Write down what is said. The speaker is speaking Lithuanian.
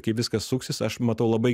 kaip viskas suksis aš matau labai